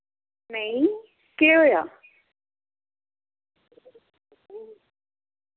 नेईं केह् होया